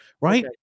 Right